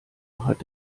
hat